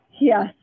Yes